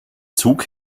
zug